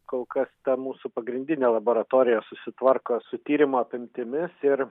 kol kas ta mūsų pagrindinė laboratorija susitvarko su tyrimų apimtimis ir